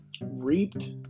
reaped